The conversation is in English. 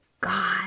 God